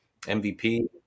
mvp